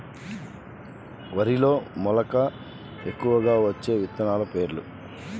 వరిలో మెలక ఎక్కువగా వచ్చే విత్తనాలు పేర్లు?